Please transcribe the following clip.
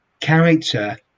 character